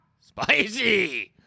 spicy